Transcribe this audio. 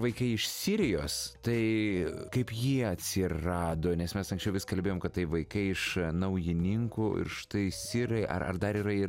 vaikai iš sirijos tai kaip jie atsirado nes mes anksčiau vis kalbėjom kad tai vaikai iš naujininkų ir štai sirai ar ar dar yra ir